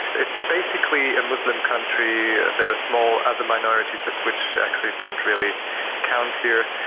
it's basically a muslim country. there are small other minorities, but which actually don't really count here.